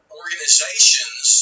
organizations